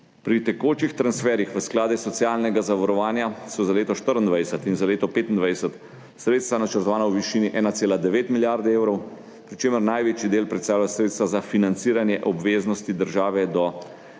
Pri tekočih transferjih v sklade socialnega zavarovanja so za leto 2024 in za leto 2025 sredstva načrtovana v višini 1,9 milijarde evrov, pri čemer največji del predstavljajo sredstva za financiranje obveznosti države do ZPIZ